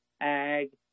ag